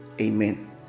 Amen